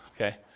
okay